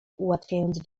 ułatwiając